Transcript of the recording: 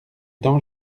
temps